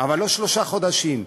אבל לא שלושה חודשים,